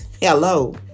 Hello